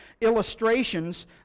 illustrations